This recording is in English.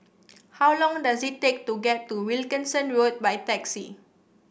how long does it take to get to Wilkinson Road by taxi